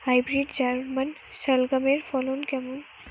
Hybrid German শালগম এর ফলন কেমন?